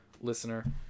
listener